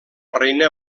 reina